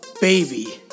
baby